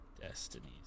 Destinies